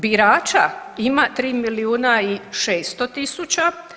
Birača ima 3 milijuna i 600 tisuća.